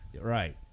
Right